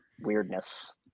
weirdness